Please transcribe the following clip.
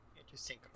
interesting